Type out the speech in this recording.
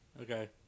Okay